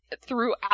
Throughout